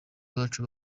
bacu